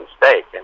mistake